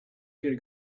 could